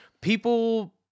people